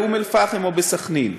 באום אלפחם או בסח'נין.